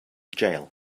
jail